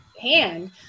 hand